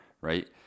right